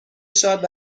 شاد